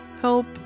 help